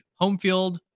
Homefield